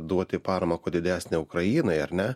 duoti paramą kuo didesnę ukrainai ar ne